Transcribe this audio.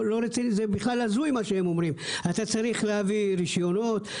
זה הזוי מה שהם אומרים: אתה צריך להביא רישיונות,